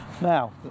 Now